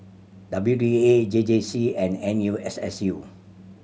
W D A A J J C and N U S S U